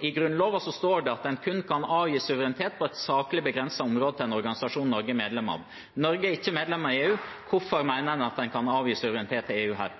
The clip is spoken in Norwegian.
I Grunnloven står det at en kun kan avgi suverenitet på et saklig begrenset område til en organisasjon Norge er medlem av. Norge er ikke medlem av EU. Hvorfor mener en at en kan avgi suverenitet til EU her?